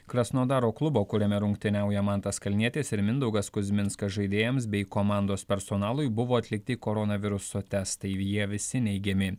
krasnodaro klubo kuriame rungtyniauja mantas kalnietis ir mindaugas kuzminskas žaidėjams bei komandos personalui buvo atlikti koronaviruso testai jie visi neigiami